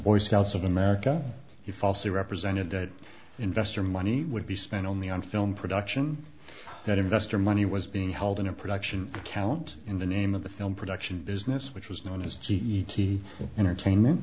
boy scouts of america he falsely represented that investor money would be spent on the on film production that investor money was being held in a production account in the name of the film production business which was known as g e t entertainment